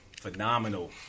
phenomenal